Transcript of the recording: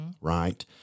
right